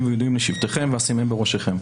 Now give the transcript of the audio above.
ונבנים וידעים לשבטיכם ואשימם בראשיכם".